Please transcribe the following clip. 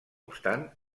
obstant